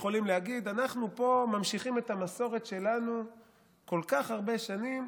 ויכולים להגיד: אנחנו פה ממשיכים את המסורת שלנו כל כך הרבה שנים,